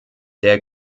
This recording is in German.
der